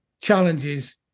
challenges